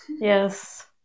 Yes